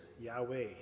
Yahweh